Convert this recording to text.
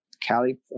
Cali